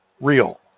real